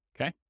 Okay